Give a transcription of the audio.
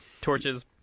Torches